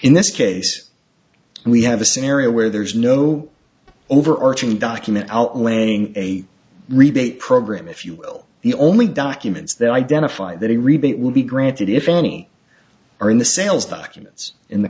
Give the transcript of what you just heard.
in this case and we have a scenario where there is no overarching document outlining a rebate program if you will the only documents that identify that a rebate will be granted if any are in the sales documents in the